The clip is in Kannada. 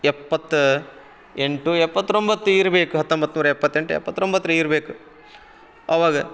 ಎಪ್ಪತ್ತ ಎಂಟೋ ಎಪ್ಪತ್ರೊಂಬತ್ತೋ ಇರಬೇಕು ಹತ್ತೊಂಬತ್ತು ನೂರ ಎಪ್ಪತ್ತೆಂಟು ಎಪ್ಪತ್ತೊಂಬತ್ತರಾಗೆ ಇರಬೇಕ ಅವಾಗ